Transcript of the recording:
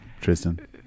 Tristan